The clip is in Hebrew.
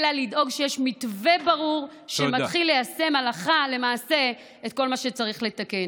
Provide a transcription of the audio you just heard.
אלא לדאוג שיש מתווה ברור שמתחיל ליישם הלכה למעשה את כל מה שצריך לתקן.